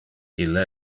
ille